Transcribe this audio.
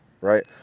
right